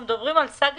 אנחנו מדברים על סאגה